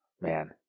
man